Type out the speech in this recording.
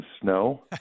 snow